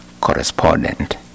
correspondent